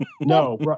No